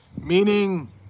Meaning